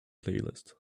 playlist